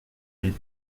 des